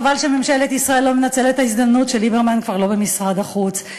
חבל שממשלת ישראל לא מנצלת את ההזדמנות שליברמן כבר לא במשרד החוץ.